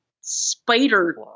spider